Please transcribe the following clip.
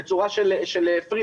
בצורה של פרילנסרים,